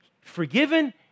forgiven